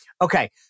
Okay